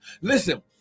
Listen